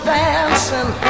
dancing